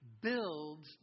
builds